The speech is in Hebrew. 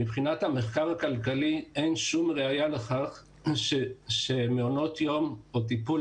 מבחינת המחקר הכלכלי אין שום ראיה לכך שמעונות יום או טיפול